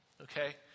okay